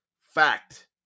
Fact